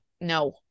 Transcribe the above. No